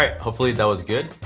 ah hopefully, that was good.